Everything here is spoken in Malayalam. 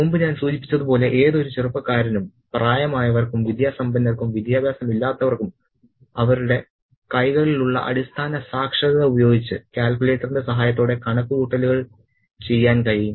മുമ്പ് ഞാൻ സൂചിപ്പിച്ചതുപോലെ ഏതൊരു ചെറുപ്പക്കാരനും പ്രായമായവർക്കും വിദ്യാസമ്പന്നർക്കും വിദ്യാഭ്യാസമില്ലാത്തവർക്കും അവരുടെ കൈകളിലുള്ള അടിസ്ഥാന സാക്ഷരത ഉപയോഗിച്ച് കാൽക്കുലേറ്ററിന്റെ സഹായത്തോടെ കണക്കുകൂട്ടലുകൾ ചെയ്യാൻ കഴിയും